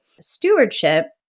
stewardship